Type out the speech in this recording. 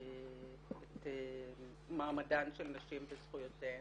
את מעמדן של נשים וזכויותיהן.